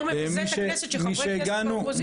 מה שיותר מבזה את הכנסת זה שחברי כנסת מהאופוזיציה...